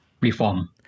reform